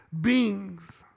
beings